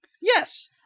Yes